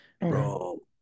Bro